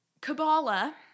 Kabbalah